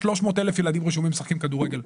300,000 ילדים רשומים משחקים כדורגל.